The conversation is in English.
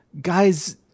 guy's